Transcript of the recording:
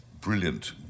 brilliant